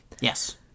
Yes